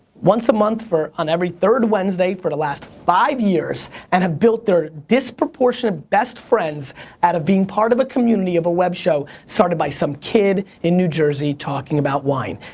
once a month on every third wednesday for the last five years and have built their disproportionate best friends out of being part of a community of a web show started by some kid in new jersey talking about wine.